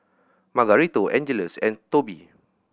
Margarito Angeles and Tobie